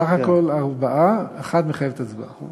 סך הכול ארבע, אחת מחייבת הצבעה.